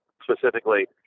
specifically